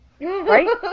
Right